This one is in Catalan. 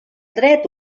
dret